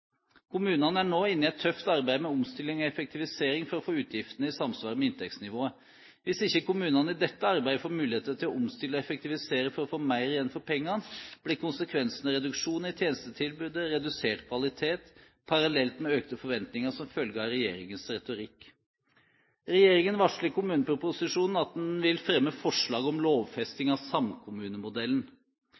Kommunene er nå inne i et tøft arbeid med omstilling og effektivisering for å få utgiftene i samsvar med inntektsnivået. Hvis ikke kommunene i dette arbeidet får muligheter til å omstille og effektivisere for å få mer igjen for pengene, blir konsekvensene reduksjoner i tjenestetilbudet og redusert kvalitet, parallelt med økte forventninger som følge av regjeringens retorikk. Regjeringen varsler i kommuneproposisjonen at den vil fremme forslag om lovfesting av samkommunemodellen.